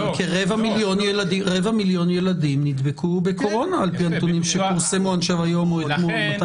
כרבע מיליון ילדים נדבקו בקורונה על פי הנתונים שפורסמו היום או אתמול.